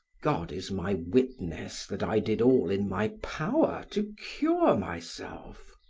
god is my witness that i did all in my power to cure myself.